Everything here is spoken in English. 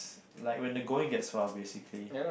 like when the going gets tough basically